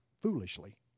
foolishly